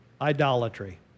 idolatry